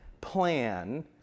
plan